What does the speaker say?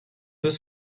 deux